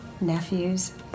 nephews